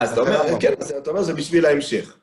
אז אתה אומר, כן, אתה אומר, זה בשביל ההמשך.